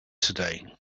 today